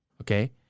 okay